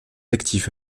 actif